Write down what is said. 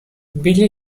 busy